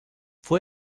fue